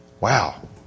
Wow